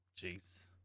jeez